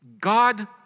God